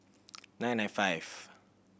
nine nine five